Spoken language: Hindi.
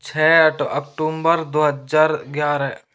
छः अकटुम्बर दो हज़ार ग्यारह